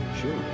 sure